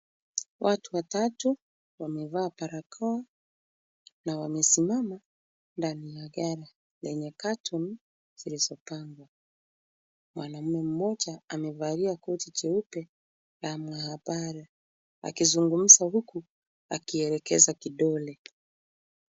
Watu watatu wamevaa barakoa na wamesimama ndani ya gari lenye caton zilizopangwa. Mwanaume mmoja amevalia koti jeupe la maabara akizungumza huku akielekeza kidole.